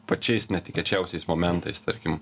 pačiais netikėčiausiais momentais tarkim